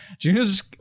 Juno's